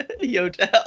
Yodel